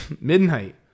Midnight